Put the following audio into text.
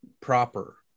proper